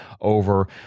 over